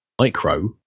micro